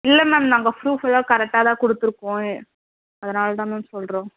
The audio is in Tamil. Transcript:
இல்லை மேம் நாங்கள் ப்ரூஃப் எல்லாம் கரெக்டாக தான் கொடுத்துருக்கோம் எ அதனால் தான் மேம் சொல்கிறோம்